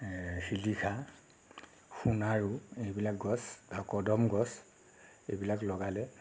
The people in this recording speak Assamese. এ শিলিখা সোণাৰু এইবিলাক গছ বা কদম গছ এইবিলাক লগালে